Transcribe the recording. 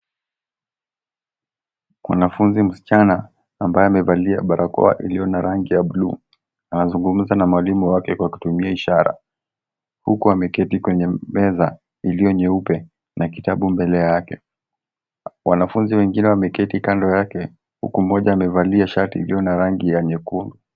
Mwanafunzi msichana ambaye amevalia barakoa iliyo na rangi ya buluu anazungumza na mwalimu wake kwa kutumia ishara, huku ameketi kwenye meza iliyo nyeupe na kitabu mbele yake, wanafunzi wengine wameketi kando yake huku mmoja amevalia shati juu na rangi ya nyekundu.